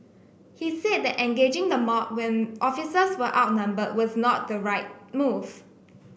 he said that engaging the mob when officers were outnumber was not the right move